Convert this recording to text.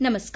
नमस्कार